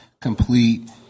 complete